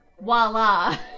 Voila